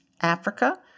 Africa